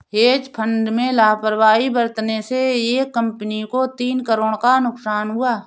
hedge fund में लापरवाही बरतने से एक कंपनी को तीन करोड़ का नुकसान हुआ